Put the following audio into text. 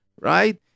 right